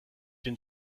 den